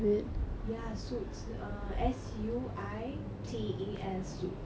ya suites err S U I T E S suites